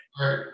right